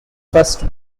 first